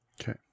Okay